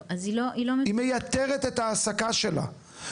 היא מייתרת את ההעסקה שלה,